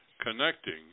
connecting